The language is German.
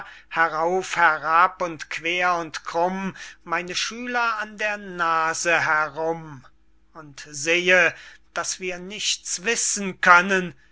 herauf herab und quer und krumm meine schüler an der nase herum und sehe daß wir nichts wissen können